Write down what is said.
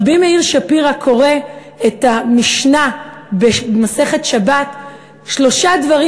רבי מאיר שפירא קורא את המשנה במסכת שבת: שלושה דברים